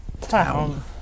Town